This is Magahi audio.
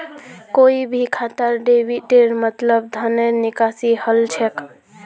कोई भी खातात डेबिटेर मतलब धनेर निकासी हल छेक